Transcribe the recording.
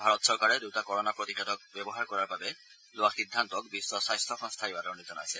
ভাৰত চৰকাৰে দূটা কৰনা প্ৰতিষেধক ব্যৱহাৰ কৰাৰ বাবে লোৱা সিদ্ধান্তক বিশ্ব স্বাস্থ্য সংস্থাই আদৰণি জনাইছে